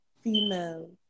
female